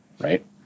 right